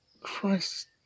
christ